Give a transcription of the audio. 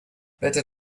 better